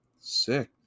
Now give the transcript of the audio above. Sick